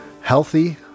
healthy